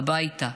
הביתה.